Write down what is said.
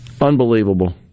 Unbelievable